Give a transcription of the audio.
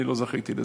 אני לא זכיתי לזה.